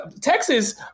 Texas